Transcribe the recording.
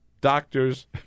doctors